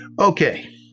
Okay